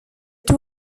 two